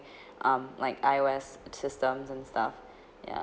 um like ios systems and stuff ya